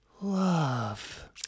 love